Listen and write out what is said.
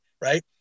right